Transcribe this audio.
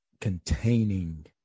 containing